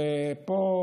ופה